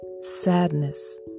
sadness